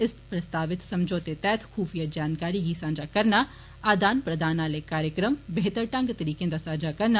इस प्रस्तावित समझौते तैहत खूफीया जानकारिए गी सांझा करना आदान प्रदान आह्ले कार्यक्रम बेहतर ढंग तरीकें दा सांझा करना